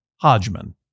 Hodgman